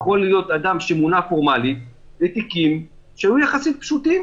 יכול להיות אדם שמונה פורמלית בתיקים שהיו יחסית פשוטים.